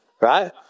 right